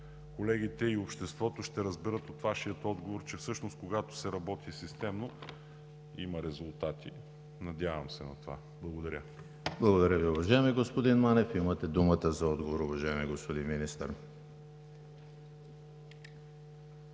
колегите и обществото ще разберат от Вашия отговор, че всъщност, когато се работи системно, има резултати. Надявам се на това. Благодаря. ПРЕДСЕДАТЕЛ ЕМИЛ ХРИСТОВ: Благодаря Ви, уважаеми господин Манев. Имате думата за отговор, уважаеми господин Министър.